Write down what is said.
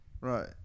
Right